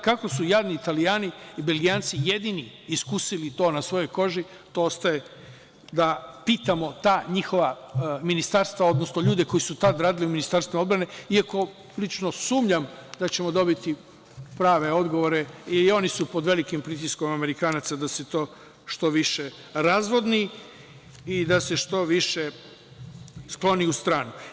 Kako su jadni Italijani i Belgijanci jedini iskusili to na svojoj koži, to ostaje da pitamo ta njihova ministarstva, odnosno ljude koji su tada radili u Ministarstvu odbrane, iako lično sumnjam da ćemo dobiti prave odgovore, jer i oni su pod velikim pritiskom Amerikanaca da se to što više razvodni i da se što više skloni u stranu.